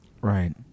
Right